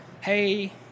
hey